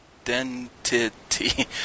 Identity